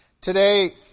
Today